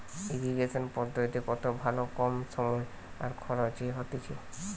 irrigation পদ্ধতি কত ভালো কম সময় আর খরচে হতিছে